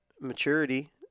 maturity